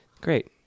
great